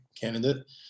candidate